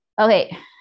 Okay